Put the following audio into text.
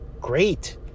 great